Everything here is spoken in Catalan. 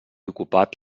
ocupat